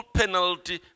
penalty